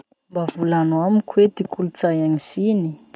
Mba volano amiko ty kolotsay any Chine?